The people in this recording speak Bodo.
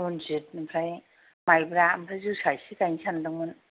रनजित आमफ्राय माइब्रा आमफ्राय जोसा एसे गायनो सानदोंमोन